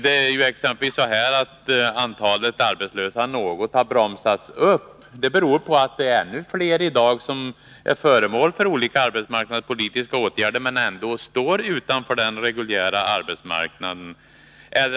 Det är exempelvis så att ökningen av antalet arbetslösa något har bromsats upp. Det beror på att ännu fler i dag är föremål för olika arbetsmarknadspolitiska åtgärder — men ändå står de utanför den reguljära arbetsmarknaden.